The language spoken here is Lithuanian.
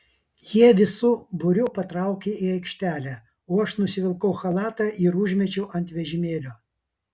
jie visu būriu patraukė į aikštelę o aš nusivilkau chalatą ir užmečiau ant vežimėlio